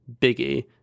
biggie